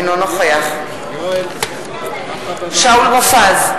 אינו נוכח שאול מופז,